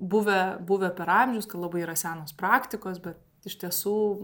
buvę buvę per amžius kai labai yra senos praktikos bet iš tiesų